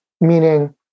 meaning